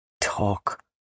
talk